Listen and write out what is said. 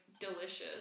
delicious